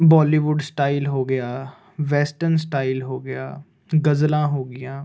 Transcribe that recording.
Bollywood style ਹੋ ਗਿਆ western style ਹੋ ਗਿਆ ਗਜ਼ਲਾਂ ਹੋ ਗਈਆਂ